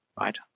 right